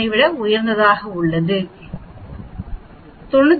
833 மிக அதிகமாக இல்லை என்பதை நினைவில் கொள்க